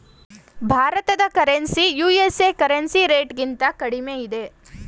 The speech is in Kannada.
ಭಾರತದ ಕರೆನ್ಸಿ ಯು.ಎಸ್.ಎ ಕರೆನ್ಸಿ ರೇಟ್ಗಿಂತ ಕಡಿಮೆ ಇದೆ